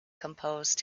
composed